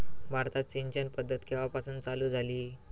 भारतात सिंचन पद्धत केवापासून चालू झाली?